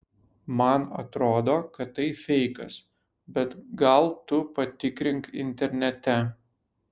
man atrodo kad tai feikas bet gal tu patikrink internete